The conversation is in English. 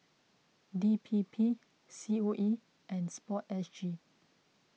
D P P C O E and Sport S G